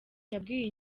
yabwiye